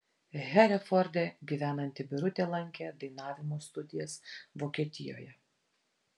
hereforde gyvenanti birutė lankė dainavimo studijas vokietijoje